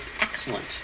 excellent